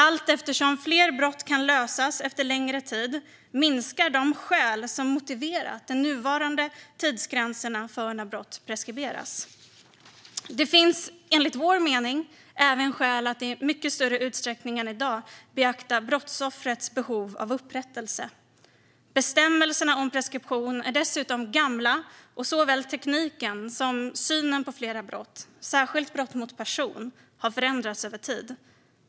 Allteftersom fler brott kan lösas efter längre tid minskar de skäl som motiverat de nuvarande tidsgränserna för när brott preskriberas. Det finns enligt vår mening även skäl att i mycket större utsträckning än i dag beakta brottsoffrets behov av upprättelse. Bestämmelserna om preskription är dessutom gamla, och såväl tekniken som synen på flera brott, särskilt brott mot person, har förändrats över tid.